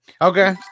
Okay